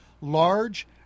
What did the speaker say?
large